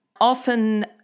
Often